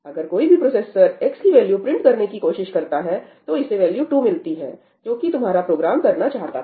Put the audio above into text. अगर कोई भी प्रोसेसर X की वैल्यू प्रिंट करने की कोशिश करता है तो इसे वैल्यू 2 मिलती है जो कि तुम्हारा प्रोग्राम करना चाहता था